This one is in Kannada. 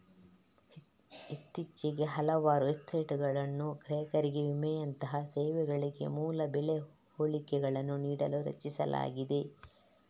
ಇತ್ತೀಚೆಗೆ ಹಲವಾರು ವೆಬ್ಸೈಟುಗಳನ್ನು ಗ್ರಾಹಕರಿಗೆ ವಿಮೆಯಂತಹ ಸೇವೆಗಳಿಗೆ ಮೂಲ ಬೆಲೆ ಹೋಲಿಕೆಗಳನ್ನು ನೀಡಲು ರಚಿಸಲಾಗಿದೆ